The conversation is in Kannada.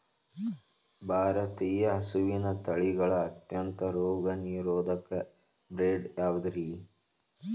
ಭಾರತೇಯ ಹಸುವಿನ ತಳಿಗಳ ಅತ್ಯಂತ ರೋಗನಿರೋಧಕ ಬ್ರೇಡ್ ಯಾವುದ್ರಿ?